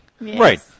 Right